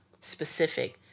specific